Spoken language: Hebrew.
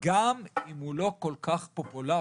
גם אם הוא לא כל כך פופולרי.